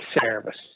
service